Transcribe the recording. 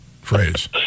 phrase